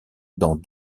dans